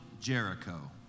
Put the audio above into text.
Jericho